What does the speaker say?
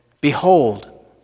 Behold